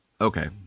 Okay